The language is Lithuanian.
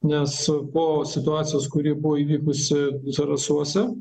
nes po situacijos kuri buvo įvykusi zarasuose